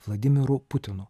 vladimiru putinu